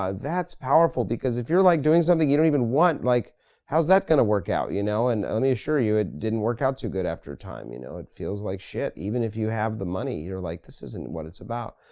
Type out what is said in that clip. ah that's powerful, because if you're like doing something you don't even want, like how's that gonna work out? you know and um lemme assure you, it didn't work out too good after time, you know it feels like shit. even if you have the money you're like this isn't what it's about.